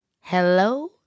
Hello